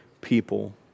people